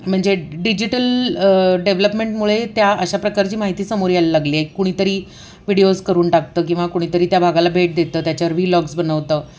म्हणजे डिजिटल डेव्हलपमेंटमुळे त्या अशा प्रकारची माहिती समोर यायला लागली आहे कुणीतरी व्हिडिओज करून टाकतं किंवा कुणीतरी त्या भागाला भेट देतं त्याच्यावर विलॉग्स बनवतं